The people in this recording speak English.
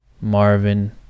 Marvin